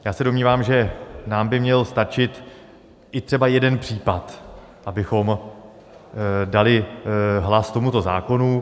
Já se domnívám, že nám by měl stačit i třeba jeden případ, abychom dali hlas tomuto zákonu.